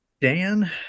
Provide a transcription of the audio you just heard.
Dan